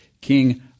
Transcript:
King